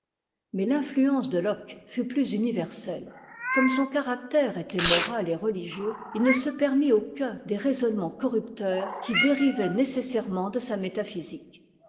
mais l'influence de locke fut plus uniyersette comme son caractère était moral et religieux h ne se permit aucun des raisonnements corrupteurs qui dérivaient nécessairement de sa métaphysique